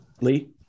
Lee